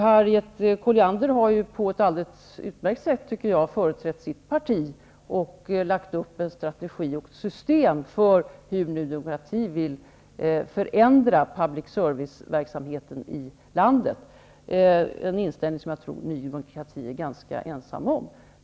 Harriet Colliander har på ett alldeles utmärkt sätt företrätt sitt parti och lagt upp en strategi och ett system för hur Ny demokrati vill förändra public service-verksamheten i landet. Detta är en inställning som jag tror att Ny demokrati är ganska ensamt om.